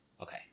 okay